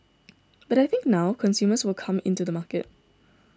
but I think now consumers will come in to the market